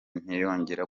ntiyongera